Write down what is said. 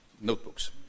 notebooks